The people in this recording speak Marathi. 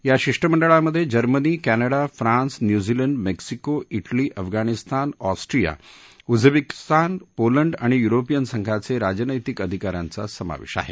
या शिष्टमंडळामधे जर्मनी क्ट्रिडा France New Zealand Mexico Italy Afghanistan Austria Uzbekistan Poland आणि युरोपियन संघाचे राजनैतिक अधिकाऱ्यांचा समावेश आहे